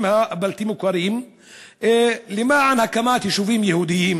הבלתי-מוכרים למען הקמת יישובים יהודיים,